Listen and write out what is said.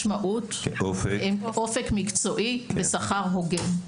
משמעות, אופק מקצועי ושכר הוגן.